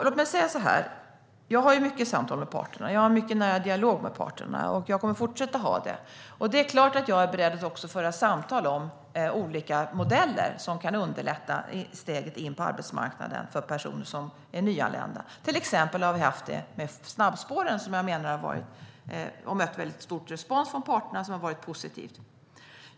Låt mig säga så här: Jag samtalar mycket med parterna. Jag för en mycket nära dialog med parterna, och jag kommer att fortsätta göra det. Det är klart att jag är beredd att föra samtal om olika modeller som kan underlätta steget in på arbetsmarknaden för personer som är nyanlända. Till exempel har vi fört samtal om det här med snabbspåren, som jag menar har varit positivt och fått stor respons från parterna.